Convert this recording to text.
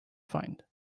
find